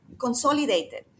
consolidated